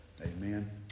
Amen